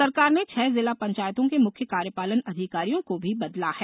सरकार ने छह जिला पंचायतों के मुख्य कार्यपालन अधिकारियों को भी बदला गया है